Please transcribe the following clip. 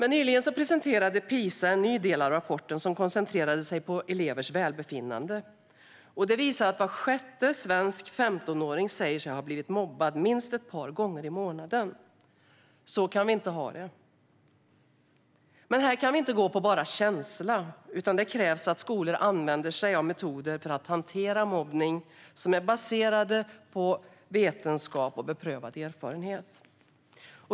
Nyligen presenterade PISA en ny del av rapporten, som koncentrerar sig på elevers välbefinnande. Den visar att var sjätte svensk 15-åring säger sig ha blivit mobbad minst ett par gånger i månaden. Så kan vi inte ha det. Här kan vi inte bara gå på känsla, utan det krävs att skolor använder sig av metoder för att hantera mobbning som är baserade på vetenskap och beprövad erfarenhet.